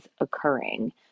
occurring